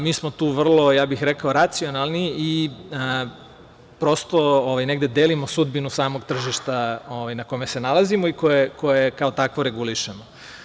Mi smo tu vrlo racionalni, prosto, negde delimo sudbinu samog tržišta na kome se nalazimo i koje kao takvo regulišemo.